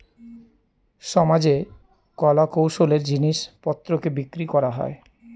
সমাজে কলা কৌশলের জিনিস পত্রকে বিক্রি করা হয়